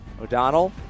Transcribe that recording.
O'Donnell